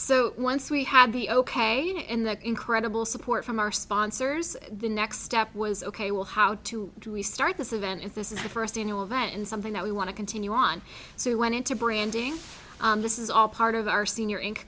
so once we had be ok and that incredible support from our sponsors the next step was ok well how to do we start this event if this is our first annual event and something that we want to continue on so we went into branding this is all part of our senior